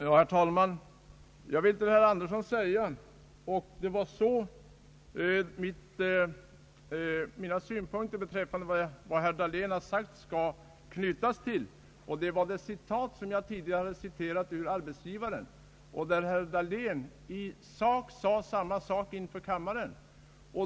Herr talman! Jag vill till herr Andersson säga att mina synpunkter beträffande vad herr Dahlén sagt skall knytas till det citat ur Arbetsgivaren som jag tidigare anfört. Herr Dahlén sade i sak alldeles detsamma inför kammaren.